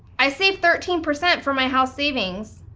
i saved thirteen percent for my house savings,